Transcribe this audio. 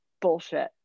bullshit